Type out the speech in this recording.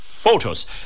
photos